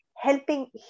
helping